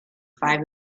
five